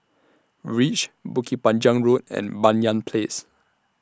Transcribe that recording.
REACH Bukit Panjang Road and Banyan Place